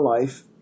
life